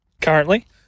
currently